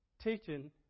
teaching